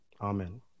Amen